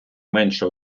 менше